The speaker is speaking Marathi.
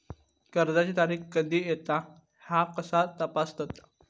कर्जाची तारीख कधी येता ह्या कसा तपासतत?